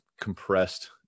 compressed